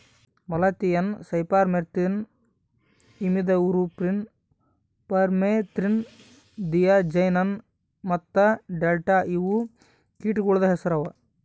malathion, cypermethrin, imidacloprid, permethrin, diazinon ಮತ್ತ delta ಇವು ಕೀಟಗೊಳ್ದು ಹೆಸುರ್ ಅವಾ